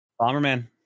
Bomberman